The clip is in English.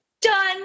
Done